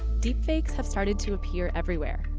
deepfakes have started to appear everywhere.